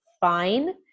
fine